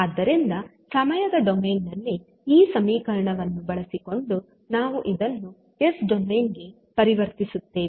ಆದ್ದರಿಂದ ಸಮಯದ ಡೊಮೇನ್ ನಲ್ಲಿ ಈ ಸಮೀಕರಣವನ್ನು ಬಳಸಿಕೊಂಡು ನಾವು ಇದನ್ನು ಎಸ್ ಡೊಮೇನ್ ಗೆ ಪರಿವರ್ತಿಸುತ್ತೇವೆ